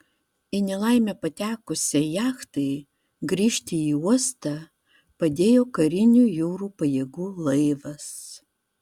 į nelaimę patekusiai jachtai grįžti į uostą padėjo karinių jūrų pajėgų laivas